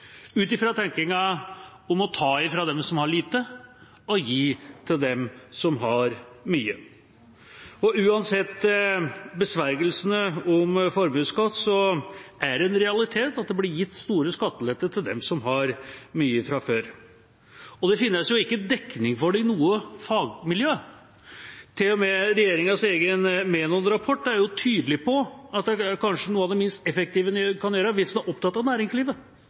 ut fra tenkningen om å ta fra dem som har lite, og gi til dem som har mye. Uansett besvergelsene om formuesskatt er det en realitet at det blir gitt store skatteletter til dem som har mye fra før. Det finnes ikke dekning for det i noe fagmiljø. Til og med regjeringas egen Menon-rapport er tydelig på at det er kanskje noe av det minst effektive en kan gjøre hvis en er opptatt av næringslivet